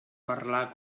parlar